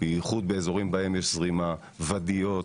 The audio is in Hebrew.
בייחוד באזורים בהם יש זרימה ואדיות,